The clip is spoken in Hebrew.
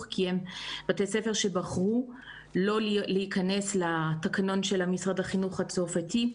כי הם בתי ספר שבחרו לא להיכנס לתקנון של משרד החינוך הצרפתי.